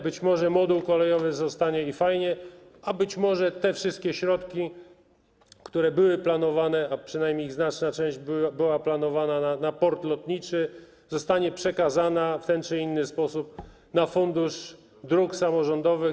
Być może moduł kolejowy zostanie, i fajnie, a być może te wszystkie środki, które były planowane, a przynajmniej ich znaczna część była planowana, na port lotniczy, zostaną przekazane w ten czy inny sposób na Fundusz Dróg Samorządowych.